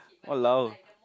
!walao!